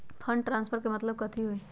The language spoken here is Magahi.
फंड ट्रांसफर के मतलब कथी होई?